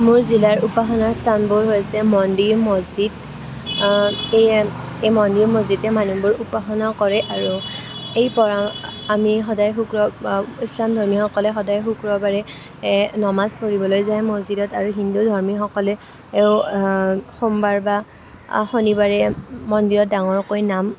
মোৰ জিলাৰ উপাসনাৰ স্থানবোৰ হৈছে মন্দিৰ মছজিদ এই মন্দিৰ মছজিদত মানুহবোৰে উপাসনা কৰে আৰু এই আমি সদায় ইছলামধৰ্মী সকলে সদায় শুক্ৰবাৰে এ নামাজ পঢ়িবলৈ যায় মছজিদত আৰু হিন্দুধৰ্মীসকলে সোমবাৰ বা শণিবাৰে মন্দিৰত ডাঙৰকৈ নাম